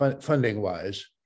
funding-wise